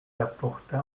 apporta